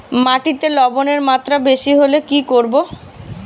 মাটিতে লবণের মাত্রা বেশি হলে কি করব?